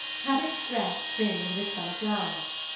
had its dress trimmed with summer flowers.